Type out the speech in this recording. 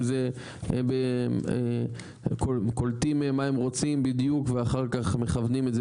אם זה קולטים מה הם רוצים בדיוק ואחר כך מכוונים את זה